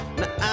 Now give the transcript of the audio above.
now